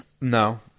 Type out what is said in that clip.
No